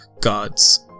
gods